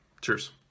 cheers